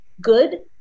good